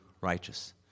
righteous